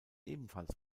ebenfalls